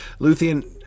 luthien